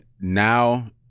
Now